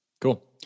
Cool